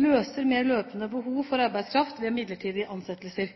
løser mer løpende behov for arbeidskraft ved midlertidige ansettelser.